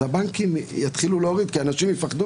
אז הבנקים יתחילו להוריד כי אנשים יפחדו